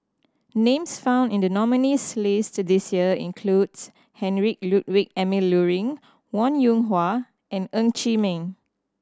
names found in the nominees' list this year includes Heinrich Ludwig Emil Luering Wong Yoon Wah and Ng Chee Meng